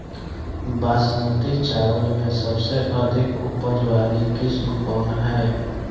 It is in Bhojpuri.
बासमती चावल में सबसे अधिक उपज वाली किस्म कौन है?